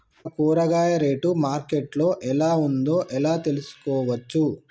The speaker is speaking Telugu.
ఒక కూరగాయ రేటు మార్కెట్ లో ఎలా ఉందో ఎలా తెలుసుకోవచ్చు?